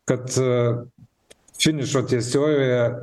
kad finišo tiesiojoje